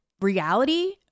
reality